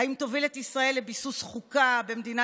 האם תוביל את ישראל לביסוס חוקה במדינה